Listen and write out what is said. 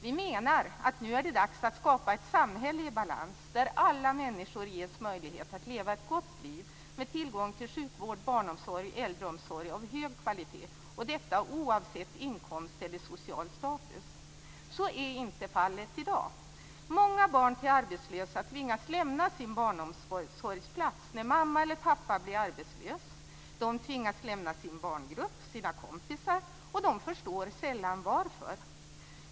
Vi menar att det nu är dags att skapa ett samhälle i balans, där alla människor ges möjlighet att leva ett gott liv med tillgång till sjukvård, barnomsorg och äldreomsorg av hög kvalitet - detta oavsett inkomst eller social status. Så är inte fallet i dag. Många barn till arbetslösa tvingas lämna sin barnomsorgsplats när mamma eller pappa blir arbetslös. De tvingas lämna sin barngrupp och sina kompisar, och de förstår sällan varför.